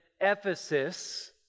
Ephesus